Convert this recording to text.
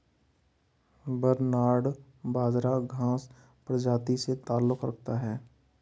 barnyard बाजरा घांस प्रजाति से ताल्लुक रखता है